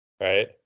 right